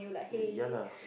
yeah lah